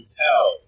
tell